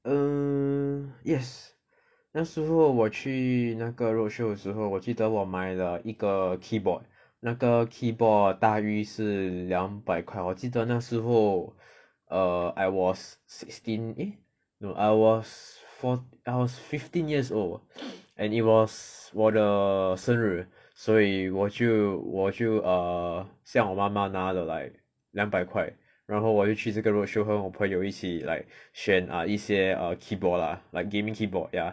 mm yes 那时候我去那个 roadshow 的时候我记得我买了一个 keyboard 那个 keyboard 大约是两百块我记得那时候 err I was sixteen eh no I was four I was fifteen years old and it was 我的生日所以我就我就 err 向我妈妈拿 like 两百块然后我就去这个 roadshow 和我朋友一起 like 选 err 一些 err keyboard lah like gaming keyboard ya